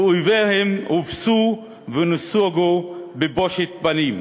ואויביהם הובסו ונסוגו בבושת פנים.